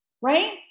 right